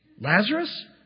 Lazarus